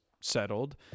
settled